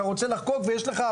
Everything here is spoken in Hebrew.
אתה רוצה לחגוג ויש לך,